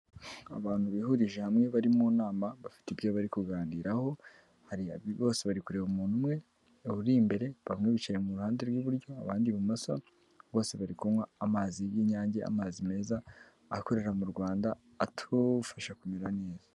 Abantu bihurije hamwe bari mu nama, bafite ibyo bari kuganiraho, bose bari kureba umuntu umwe, uri imbere, bamwirukira mu ruhande rw'iburyo, abandi ibumoso, bose bari kunywa amazi y'inyange, amazi meza akorera mu Rwanda atufasha kumera neza.